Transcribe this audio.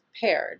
paired